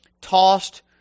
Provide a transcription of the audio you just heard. tossed